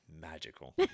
magical